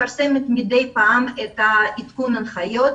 מפרסמת מידי פעם עדכון הנחיות.